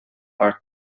are